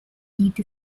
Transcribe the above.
heat